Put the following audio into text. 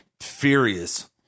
furious